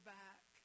back